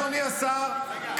אדוני השר,